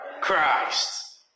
Christ